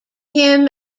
him